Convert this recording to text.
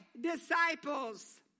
disciples